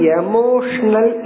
emotional